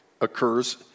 occurs